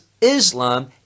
Islam